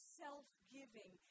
self-giving